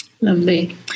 Lovely